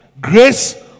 Grace